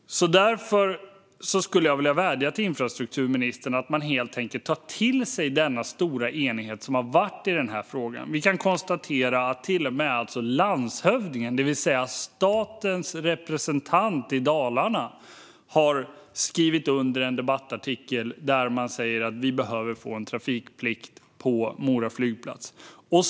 Därför skulle jag vilja vädja till infrastrukturministern att helt enkelt ta till sig den stora enighet som har rått i denna fråga. Vi kan konstatera att till och med landshövdingen, det vill säga statens representant i Dalarna, har skrivit under en debattartikel där man säger att man behöver få en trafikplikt på Mora flygplats.